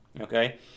Okay